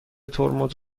ترمز